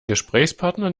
gesprächspartner